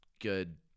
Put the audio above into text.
good